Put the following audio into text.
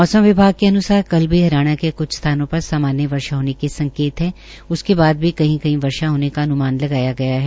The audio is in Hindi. मौसम विभाग के अनुसार कल भी हरियाणा में कुछ स्थानों पर सामान्य वर्षा होने के संकेत है और उसके बाद भी कही कहीं वर्षा होने का अन्मान लगाया गया है